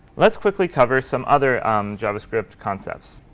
let's quickly cover some other um javascript concepts.